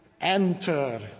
enter